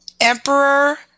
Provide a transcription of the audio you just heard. Emperor